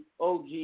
OG